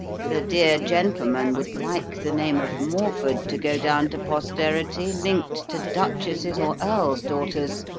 the dear gentleman would like the name of morford to go down to posterity linked to duchesses or earls' daughters,